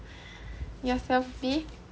yourself be